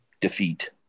defeat